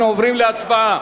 אנחנו עוברים להצבעה.